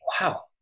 Wow